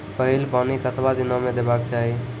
पहिल पानि कतबा दिनो म देबाक चाही?